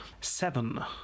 Seven